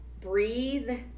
breathe